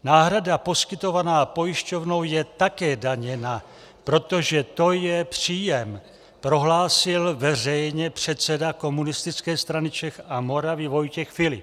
Náhrada poskytovaná pojišťovnou je také daněna, protože to je příjem, prohlásil veřejně předseda Komunistické strany Čech a Moravy Vojtěch Filip.